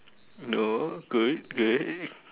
no good good